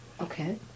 Okay